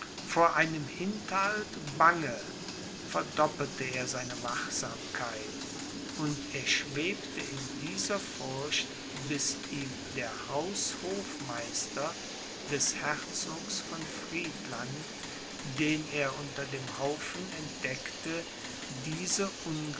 vor einem hinterhalt bange verdoppelte er seine wachsamkeit und er schwebte in dieser furcht bis ihm der haushofmeister des herzogs von friedland den er unter dem haufen entdeckte diese